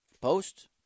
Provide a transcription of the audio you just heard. post